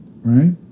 Right